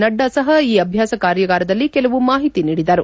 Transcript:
ನಡ್ಡಾ ಸಹ ಈ ಅಭ್ಯಾಸ ಕಾರ್ಯಾಗಾರದಲ್ಲಿ ಕೆಲವು ಮಾಹಿತಿ ನೀಡಿದರು